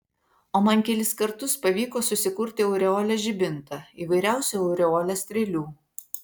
o man kelis kartus pavyko susikurti aureolės žibintą įvairiausių aureolės strėlių